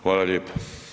Hvala lijepa.